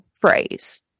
phrase